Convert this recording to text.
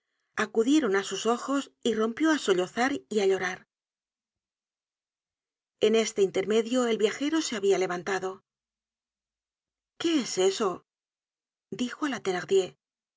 acudieron é sus ojos y rompió á sollozar y á llorar en este intermedio el viajero se habia levantado qué es eso dijo á la